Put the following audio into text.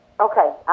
Okay